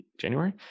January